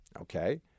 Okay